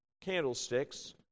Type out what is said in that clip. candlesticks